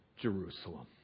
Jerusalem